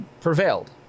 prevailed